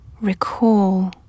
recall